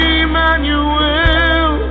Emmanuel